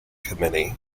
committee